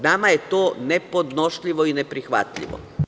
Nama je to nepodnošljivo i neprihvatljivo.